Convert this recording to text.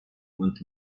und